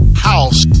House